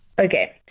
Okay